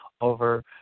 over